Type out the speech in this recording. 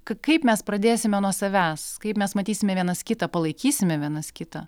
kaip mes pradėsime nuo savęs kaip mes matysime vienas kitą palaikysime vienas kitą